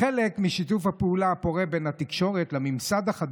חבר הכנסת השר עיסאוי